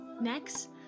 next